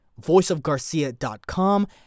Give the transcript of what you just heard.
voiceofgarcia.com